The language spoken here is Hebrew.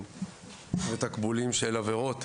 --- ותקבולים של עבירות.